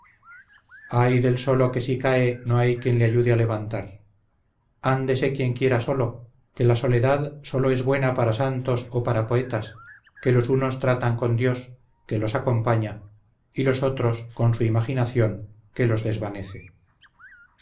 ay del solo que si cae no hay quien le ayude a levantar ándese quien quiera solo que la soledad sólo es buena para santos o para poetas que los unos tratan con dios que los acompaña y los otros con su imaginación que los desvanece